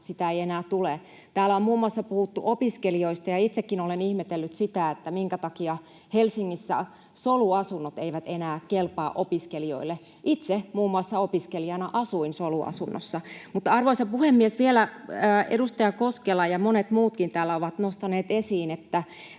sitä ei enää tule. Täällä on puhuttu muun muassa opiskelijoista, ja itsekin olen ihmetellyt sitä, minkä takia Helsingissä soluasunnot eivät enää kelpaa opiskelijoille. Itse muun muassa opiskelijana asuin soluasunnossa. Arvoisa puhemies! Vielä: Edustaja Koskela ja monet muutkin täällä ovat nostaneet esiin, että